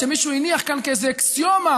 שמישהו הניח כאן כאיזו אקסיומה,